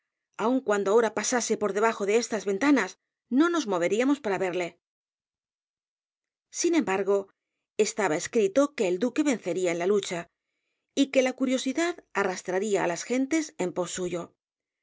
aun cuando ahora pasase por debajo de estas ventanas no nos moveríamos para verle sin embargo estaba escrito que el duque vencería en la lucha y que la curiosidad arrastraría á las gentes en